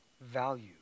value